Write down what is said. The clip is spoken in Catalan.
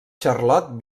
charlot